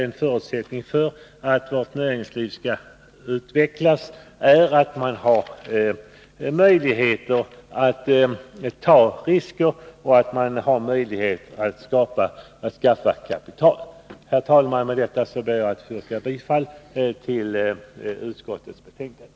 En förutsättning för att vårt näringsliv skall utvecklas är att man har möjlighet att ta risker och att man har möjlighet att skapa kapital. Herr talman! Jag ber att få yrka bifall till utskottets hemställan.